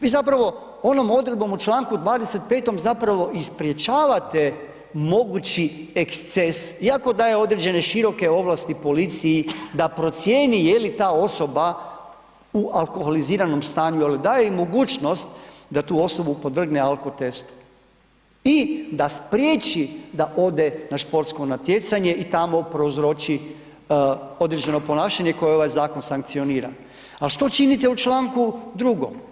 Vi zapravo onom odredbom u čl. 25. zapravo i sprječavate mogući eksces iako daje određene široke ovlasti policiji da procijeni je li ta osoba u alkoholiziranom stanju, al daje i mogućnost da tu osobu podvrgne alkotestu i da spriječi da ode na športsko natjecanje i tamo prouzroči određeno ponašanje koje ovaj zakon sankcionira, al što činite u čl. 2.